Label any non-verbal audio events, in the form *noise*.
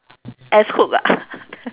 S hook ah *laughs*